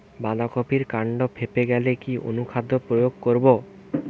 বাঁধা কপির কান্ড ফেঁপে গেলে কি অনুখাদ্য প্রয়োগ করব?